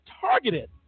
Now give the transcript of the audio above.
targeted